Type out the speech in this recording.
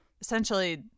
Essentially